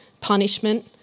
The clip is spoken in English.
punishment